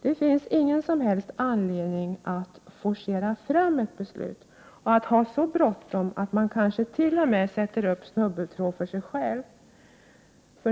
Det finns ingen som helst anledning att forcera fram ett beslut och att ha så bråttom att man kanske t.o.m. sätter upp snubbeltråd för sig själv.